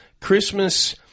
Christmas